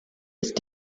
ist